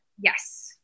yes